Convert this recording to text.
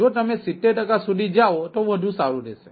જો તમે 7૦ ટકા સુધી જાઓ તો વધુ સારું રહેશે